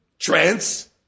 trance